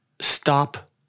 stop